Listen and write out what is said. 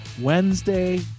Wednesday